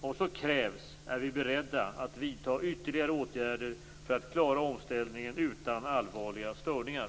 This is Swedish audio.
Om så krävs är vi beredda att vidta ytterligare åtgärder för att klara omställningen utan allvarliga störningar.